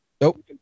Nope